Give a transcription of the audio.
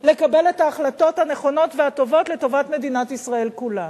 לקבל את ההחלטות הנכונות והטובות לטובת מדינת ישראל כולה.